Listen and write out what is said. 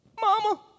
Mama